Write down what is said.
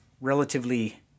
relatively